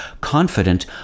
Confident